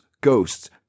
ghosts